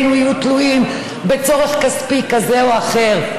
שבו חיינו יהיו תלויים בצורך כספי כזה או אחר.